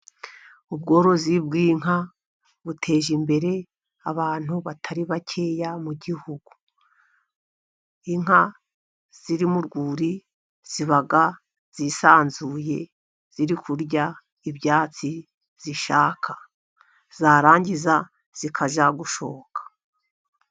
Ubworozi bw'inka buteje imbere abantu batari bakeya mu gihugu. Inka ziri mu rwuri ziba zisanzuye ziri kurya ibyatsi zishaka, zarangiza zikajya gushoka.